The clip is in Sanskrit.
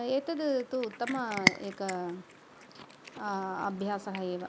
एतद् तु उत्तमः एकः अभ्यासः एव